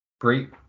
Great